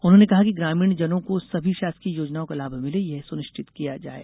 उन्होंने कहा कि ग्रामीण जनों को सभी शासकीय योजनाओं का लाभ मिले यह सुनिश्चित किया जायेगा